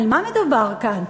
על מה מדובר כאן?